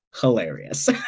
Hilarious